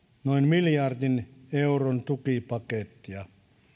noin miljardin euron tukipakettia